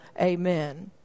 Amen